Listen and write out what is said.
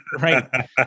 right